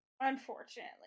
unfortunately